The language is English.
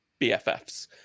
BFFs